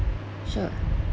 sure